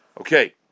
Okay